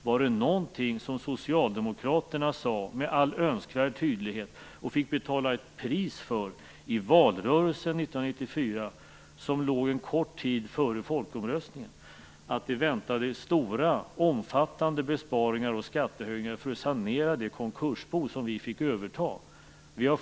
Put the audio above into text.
Var det någonting som socialdemokraterna sade med all önskvärd tydlighet, och fick betala ett pris för i valrörelsen 1994 som låg en kort tid före folkomröstningen, så var det att det väntade stora, omfattande besparingar och skattehöjningar för att sanera det konkursbo som vi socialdemokrater fick överta.